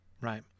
right